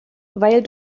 weil